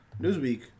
Newsweek